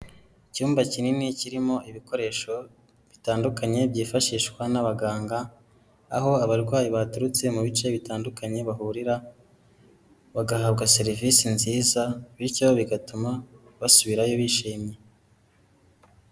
Icyumba kinini kirimo ibikoresho bitandukanye byifashishwa n'abaganga, aho abarwayi baturutse mu bice bitandukanye bahurira bagahabwa serivisi nziza bityo bigatuma basubirayo bishimye.